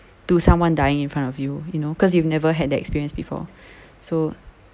to someone dying in front of you you know because you've never had the experience before so